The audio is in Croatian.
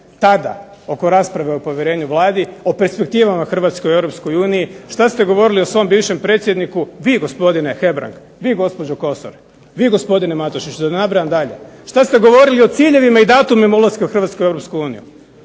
tada oko rasprave o povjerenju Vladi, o perspektivama Hrvatske u Europskoj uniji, šta ste govorili o svom bivšem predsjedniku, vi gospodine Hebrang, vi gospođo Kosor, vi gospodine Matušić, da ne nabrajam dalje. Šta ste govorili o ciljevima i datumima ulaska Hrvatske u Europsku uniju.